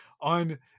on